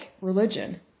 religion